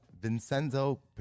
Vincenzo